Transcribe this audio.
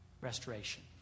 Restoration